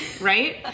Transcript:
right